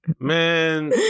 Man